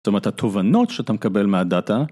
זאת אומרת התובנות שאתה מקבל מהדאטה